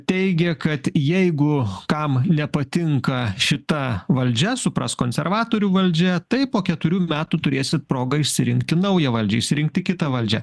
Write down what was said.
teigė kad jeigu kam nepatinka šita valdžia suprask konservatorių valdžia tai po keturių metų turėsit progą išsirinkti naują valdžią išsirinkti kitą valdžią